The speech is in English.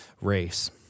race